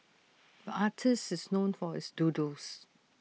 artist is known for his doodles